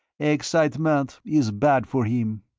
excitement is bad for him.